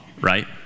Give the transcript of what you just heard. right